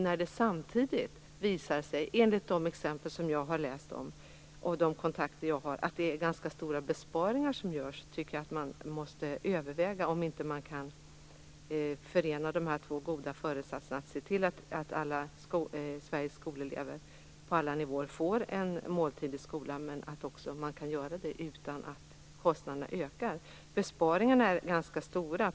När det samtidigt visar sig, enligt de exempel som jag har läst om och de kontakter jag har, att det är ganska stora besparingar som görs måste man överväga om man inte kan förena de båda goda föresatserna och se till att alla Sveriges skolelever får en måltid i skolan och att man kan göra det utan att kostnaderna ökar. Besparingarna är ganska stora.